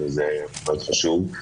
זה מאוד חשוב.